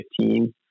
2015